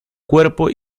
cuerpo